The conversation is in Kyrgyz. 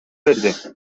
берди